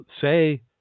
say